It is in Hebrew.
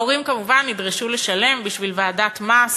ההורים כמובן נדרשו לשלם בשביל ועדת מס